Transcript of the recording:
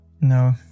no